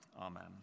Amen